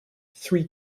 three